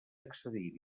accedir